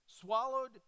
swallowed